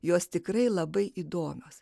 jos tikrai labai įdomios